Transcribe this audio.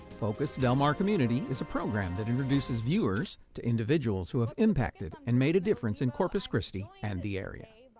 focus del mar community is a program that introduces viewers to individuals who have impacted and made a difference in corpus christi and the area.